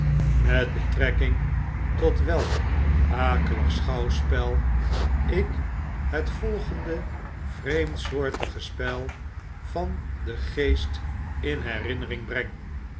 met betrekking tot welk akelig schouwspel ik het volgende vreemdsoortig spel van den geest in herinnering breng